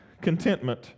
contentment